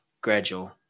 gradual